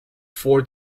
four